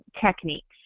techniques